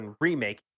remake